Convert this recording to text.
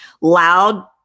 Loud